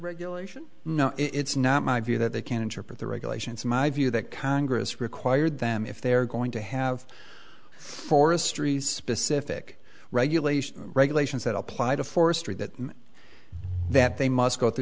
regulation no it's not my view that they can interpret the regulations in my view that congress required them if they're going to have forestry specific regulations regulations that apply to forestry that that they must